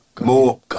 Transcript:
More